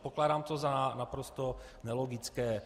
Pokládám to za naprosto nelogické.